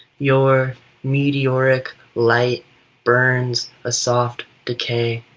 your meteoric light burns a soft decay.